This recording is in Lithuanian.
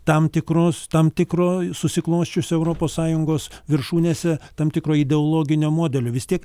tam tikros tam tikro susiklosčiusio europos sąjungos viršūnėse tam tikro ideologinio modelio vis tiek